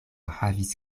havis